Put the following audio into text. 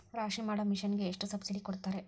ರಾಶಿ ಮಾಡು ಮಿಷನ್ ಗೆ ಎಷ್ಟು ಸಬ್ಸಿಡಿ ಕೊಡ್ತಾರೆ?